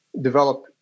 develop